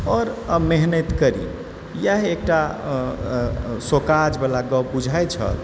आओर मेहनत करी इएह एकटा सोकाजवला गप बुझाइ छल